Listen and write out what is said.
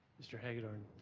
mr. hagedorn.